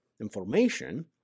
information